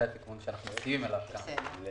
זה התיקון שאנחנו מסכימים לו כאן.